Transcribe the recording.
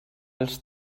els